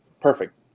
Perfect